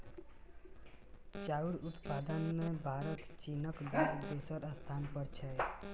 चाउर उत्पादन मे भारत चीनक बाद दोसर स्थान पर छै